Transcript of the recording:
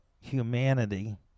humanity